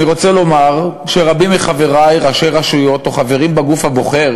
אני רוצה לומר שרבים מחברי ראשי רשויות או חברים בגוף הבוחר,